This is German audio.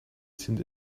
sind